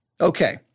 Okay